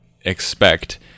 expect